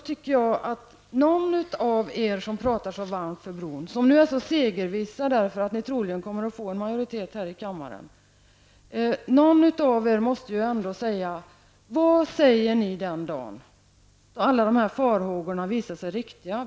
Alla ni som pratar så varmt för bron och som nu är så segervissa, därför att ni troligen kommer att få en majoritet här i kammaren, vad säger ni den dagen då alla farhågorna visat sig riktiga?